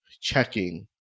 checking